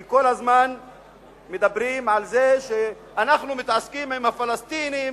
כי כל הזמן מדברים על זה שאנחנו מתעסקים עם הפלסטינים,